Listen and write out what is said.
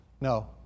No